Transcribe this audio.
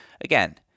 again